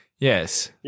Yes